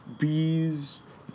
Bees